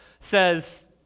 says